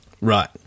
Right